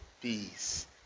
peace